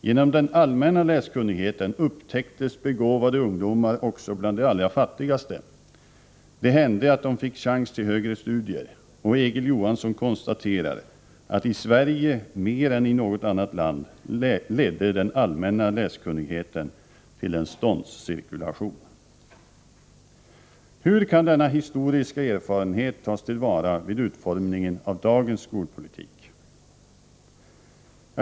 Genom den allmänna läskunnigheten upptäcktes begåvade ungdomar också bland de allra fattigaste. Det hände att de fick chans till högre studier. Och Egil Johansson konstaterar att den allmänna läskunnigheten i Sverige mer än i något annat land ledde till en ståndscirkulation. Hur kan denna historiska erfarenhet tas till vara vid utformningen av dagens skolpolitik?